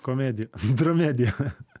komedija dramedija